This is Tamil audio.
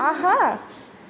ஆஹா